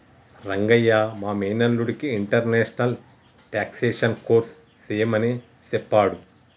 రంగయ్య మా మేనల్లుడికి international taxation course సెయ్యమని సెప్పాడు